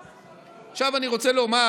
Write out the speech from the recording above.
עכשיו, אני רוצה לומר: